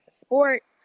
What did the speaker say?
Sports